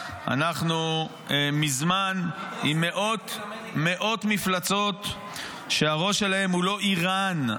אנחנו מזמן עם מאות מפלצות שהראש שלהן הוא לא איראן,